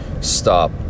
stop